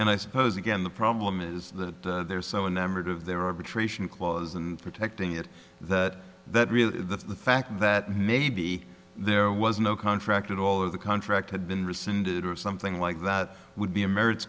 and i suppose again the problem is that they're so enamored of their arbitration clause and protecting it that that really the fact that maybe there was no contract at all or the contract had been rescinded or something like that would be a marriage